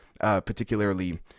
particularly